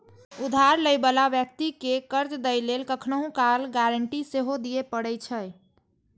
उधार लै बला व्यक्ति कें कर्ज दै लेल कखनहुं काल गारंटी सेहो दियै पड़ै छै